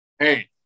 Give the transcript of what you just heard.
Hey